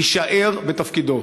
יישאר בתפקידו.